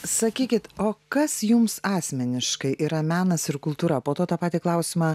sakykit o kas jums asmeniškai yra menas ir kultūra po to tą patį klausimą